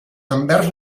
envers